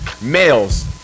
Males